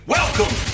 welcome